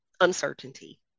uncertainty